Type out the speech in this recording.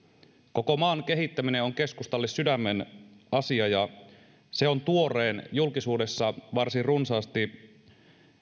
koko maan kehittäminen on keskustalle sydämen asia ja se on tuoreen julkisuudessa varsin runsaasti